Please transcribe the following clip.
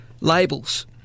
labels